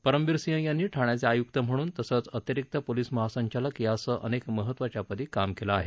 परमबीर सिंह यांनी ठाण्याचे आयुक्त म्हणून अतिरिक्त पोलीस महासंचालक यासह अनेक महत्त्वाच्या पदावर काम केलं आहे